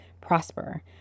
prosper